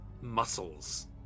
muscles